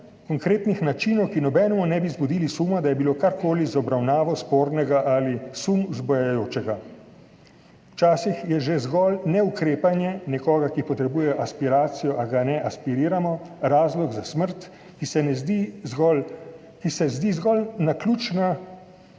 konkretnih načinov, ki nobenemu ne bi vzbudili suma, da je bilo karkoli z obravnavo spornega ali sum vzbujajočega. Včasih je že zgolj neukrepanje (nekoga, ki potrebuje aspiracijo, a ga ne aspiriramo) razlog za smrt, ki se zdi zgolj naključna